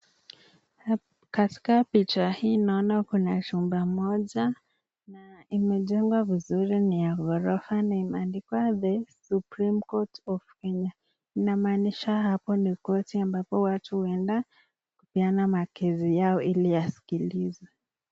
Katika picha hii naona kuna nyumba moja na imejengwa vizuri, ni ya ghorofa na imeandikwa the supreme court of Kenya , hapo ni koti ambao watu huenda kupeana makesi yao ili yasikilizwe.